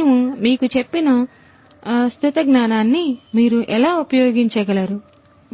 మేము మీకు చెప్పినా స్తుత జ్ఞానాన్ని మీరు ఎలా ఉపయోగించగలరు